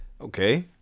okay